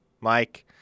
Mike